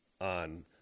on